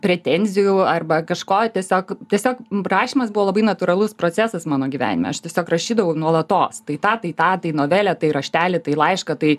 pretenzijų arba kažko tiesiog tiesiog rašymas buvo labai natūralus procesas mano gyvenime aš tiesiog rašydavau nuolatos tai tą tai tą tai novelę tai raštelį tai laišką tai